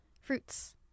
fruits